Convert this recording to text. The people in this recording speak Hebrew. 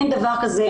אין דבר כזה,